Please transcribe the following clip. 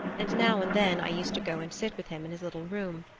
and now and then i used to go and sit with him in his little room,